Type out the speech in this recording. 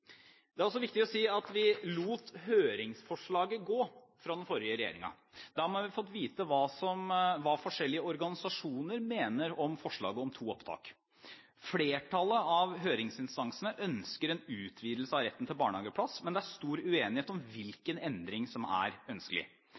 Det er viktig å si at vi lot høringsforslaget fra den forrige regjeringen gå. Dermed har vi fått vite hva forskjellige organisasjoner mener om forslaget om to opptak. Flertallet av høringsinstansene ønsker en utvidelse av retten til barnehageplass, men det er stor uenighet om hvilken endring som er ønskelig.